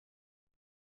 este